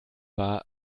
war